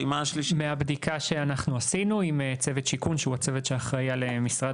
מהבדיקה שאנחנו עשינו עם צוות שיכון שהוא הצוות שאחראי על משרד